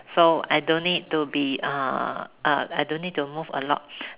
so I don't need to be uh I don't need to move a lot